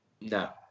No